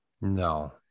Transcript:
No